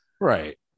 Right